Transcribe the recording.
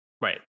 Right